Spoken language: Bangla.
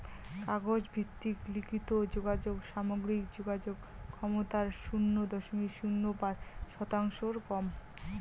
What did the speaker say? কাগজ ভিত্তিক লিখিত যোগাযোগ সামগ্রিক যোগাযোগ ক্ষমতার শুন্য দশমিক শূন্য পাঁচ শতাংশর কম